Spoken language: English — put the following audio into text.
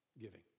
giving